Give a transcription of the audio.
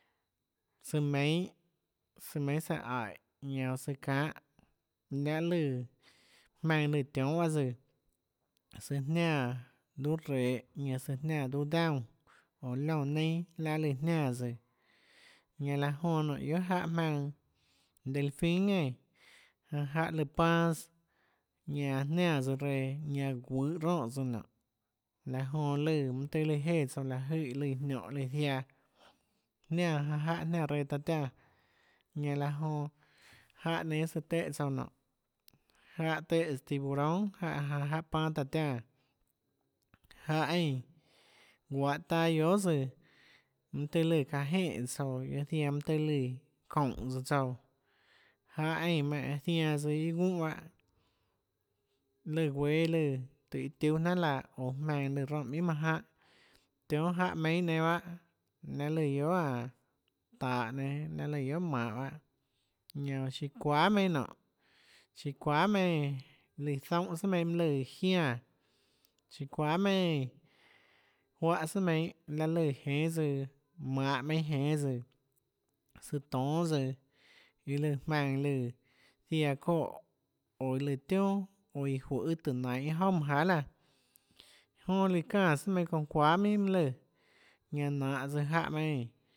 Søã meinhâ søã meinhâ søâ aíhå ñanã oå søã çanhâ láhã lùã jmaønã lùã tionhâ bahâ tsøã søã jniánã luâ rehå ñanã søãjniánã luâ daúnã oå liónã neinâ láhã lùã jniánã tsøã ñanã laã jonã nionê guiohà jáhã jmaùnã delfin eínã janã jáhã lùã panâs ñanã jniáã tsøã reã ñanã guøhå ronès tsøã nonê laã jonã lùã mønâ tøhê lùã jéã tsouã láhã jøè iã lùã iã jniónã iã lùã ziaã jniáã janã jáhã jniáã reã taã tiánã ñanã laã jonã áhã nénâ søã tùhã tsouã nionê jáhã téhãs tiburón janã jáhã panâ taã tiánã jáhã eínã guahå taâ guiohà tsøã mønâ tøhê lùã çaã jenè tsouã guiaâ ziaã mønâ tøhê lùã çoúnhå søã tsouã jáhã eínã menê zianã iâ tsøã iâ gúnhã bahâ lùã guéâ lùã tùhå iâ tiuhâ jnanhà laã oå jmaønã lùã ronè minhà manã jánhã tionhâ jáhã meinhà nénâ bahâ laê lùã guiohà aå tahå nénâ laê lùã guiohà manhå bahâ ñanã oå siã çuahà meinhâ nonê siã çuahà meinhà eínã lùã zoúnhã tsùà meinhà mønã lùã jiánã siã çuahà meinhà eínã juáhã sùà meinhâ lahê lùã jénâ tsøã manhå meinhå jénâ tsøã søã tonhâ tsøã iâ lùã jmaønã lùã ziaã çoè oå lùã tionà juøå oå iã juøê tùhå nainhå iâ jouà manã jahà laã jonã lùã çánã sùà meinhâ çounã çuahà mønâ lùã ñanã jnanhå tsøã jáhã meinhà eínã